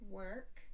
work